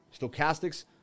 Stochastics